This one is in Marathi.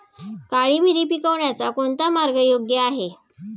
काळी मिरी पिकवण्याचा कोणता मार्ग योग्य आहे?